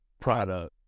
Product